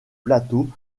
plateaux